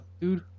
dude